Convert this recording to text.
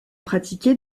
pratiquées